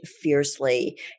fiercely